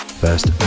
First